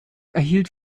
erhielt